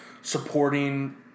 supporting